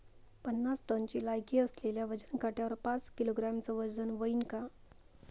पन्नास टनची लायकी असलेल्या वजन काट्यावर पाच किलोग्रॅमचं वजन व्हईन का?